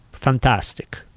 Fantastic